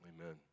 Amen